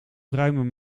pruimen